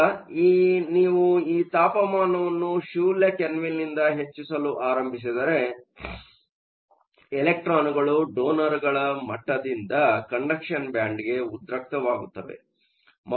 ಈಗ ನೀವು ತಾಪಮಾನವನ್ನು ಶೂನ್ಯ ಕೆಲ್ವಿನ್ನಿಂದ ಹೆಚ್ಚಿಸಲು ಆರಂಭಿಸಿದರೆ ಎಲೆಕ್ಟ್ರಾನ್ಗಳು ಡೊನರ್ಗಳ ಮಟ್ಟದಿಂದ ಕಂಡಕ್ಷನ್ ಬ್ಯಾಂಡ್ಗೆ ಉದ್ರಕ್ತವಾಗುತ್ತವೆ